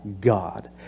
God